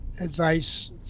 advice